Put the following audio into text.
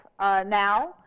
Now